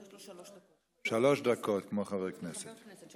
שלוש דקות, כמו חברי הכנסת.